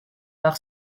par